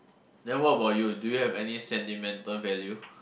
then what about you do you have any sentimental value